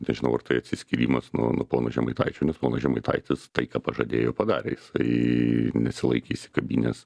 nežinau ar tai atsiskyrimas nuo nuo pono žemaitaičio nes ponas žemaitaitis tai ką pažadėjo padarė jisai nesilaikė įsikabinęs